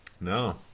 No